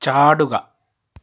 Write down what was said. ചാടുക